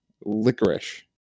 licorice